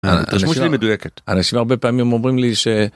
אנשים הרבה פעמים אומרים לי ש...